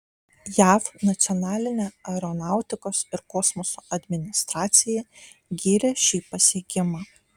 jav nacionalinė aeronautikos ir kosmoso administracija gyrė šį pasiekimą